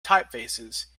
typefaces